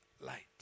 light